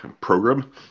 program